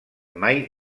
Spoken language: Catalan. mai